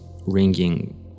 ringing